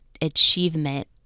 achievement